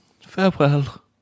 farewell